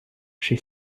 she